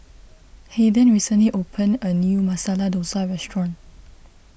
Hayden recently opened a new Masala Dosa restaurant